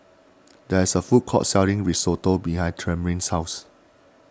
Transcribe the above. there is a food court selling Risotto behind Tremayne's house